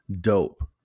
Dope